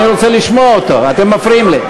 אני רוצה לשמוע אותו, אתם מפריעים לי.